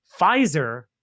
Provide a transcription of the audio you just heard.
Pfizer